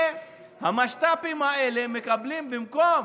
והמשת"פים האלה מקבלים, במקום